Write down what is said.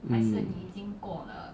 mm